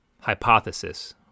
hypothesis